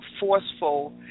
Forceful